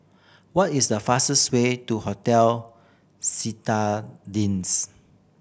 what is the fastest way to Hotel Citadines